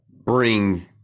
bring